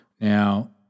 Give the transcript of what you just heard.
Now